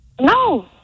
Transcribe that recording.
No